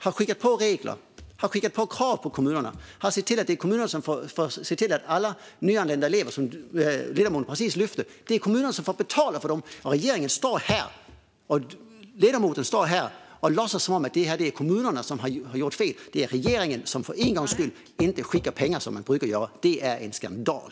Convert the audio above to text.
Man har lagt på regler och krav på kommunerna och sett till att det är kommunerna som får betala för alla nyanlända elever, som ledamoten precis lyfte fram. Och ledamoten står här och låtsas som att det är kommunerna som har gjort fel. Det är regeringen som den här gången inte skickar pengar som man brukar göra. Det är en skandal!